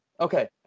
okay